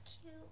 cute